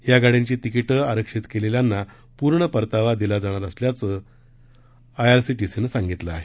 या गाड़यांची तिकिटं आरक्षित केलेल्यांना पूर्ण परतावा दिला जाणार असल्याचं आरआरसीटीसीनं सांगितलं आहे